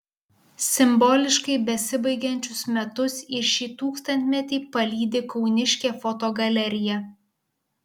simboliškai besibaigiančius metus ir šį tūkstantmetį palydi kauniškė fotogalerija